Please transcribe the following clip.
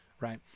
right